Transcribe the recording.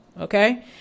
Okay